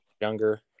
younger